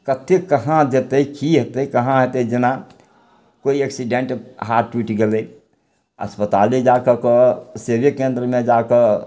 कते कहाँ जेतय की हेतय कहाँ हेतय जेना कोइ एक्सिडेंट हाथ टूटि गेलय अस्पताले जाके के सेबे केन्द्रमे जाकऽ